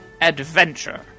Adventure